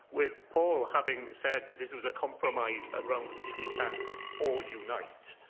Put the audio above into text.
with paul having said that this was a compromise around which we can all unite,